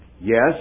Yes